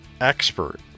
expert